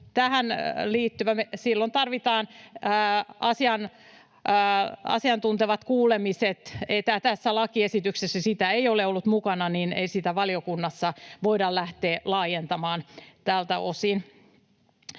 Silloin tarvitaan asiantuntevat kuulemiset. Tässä lakiesityksessä sitä ei ole ollut mukana, niin ei sitä valiokunnassa voida lähteä laajentamaan tältä osin,